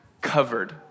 Covered